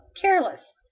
careless